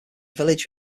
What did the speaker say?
village